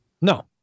No